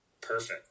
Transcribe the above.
perfect